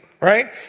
Right